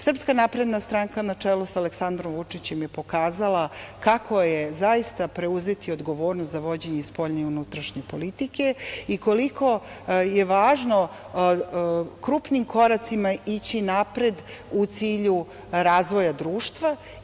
Srpska napredna stranka, na čelu sa Aleksandrom Vučićem, je pokazala kako je zaista preuzeti odgovornost za vođenje spoljne i unutrašnje politike i koliko je važno krupnim koracima ići napred, u cilju razvoja društva.